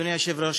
אדוני היושב-ראש,